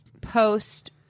Post